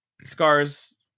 Scar's